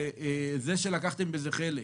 זה שלקחתם בזה חלק,